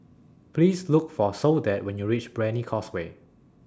Please Look For Soledad when YOU REACH Brani Causeway